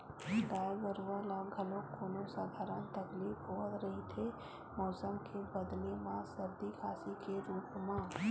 गाय गरूवा ल घलोक कोनो सधारन तकलीफ होवत रहिथे मउसम के बदले म सरदी, खांसी के रुप म